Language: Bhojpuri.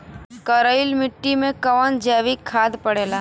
करइल मिट्टी में कवन जैविक खाद पड़ेला?